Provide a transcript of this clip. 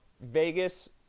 vegas